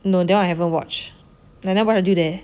no that [one] I haven't watch no I don't think I did eh